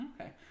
Okay